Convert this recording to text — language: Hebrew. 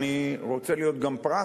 אני רוצה להיות גם פרקטי.